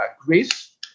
Greece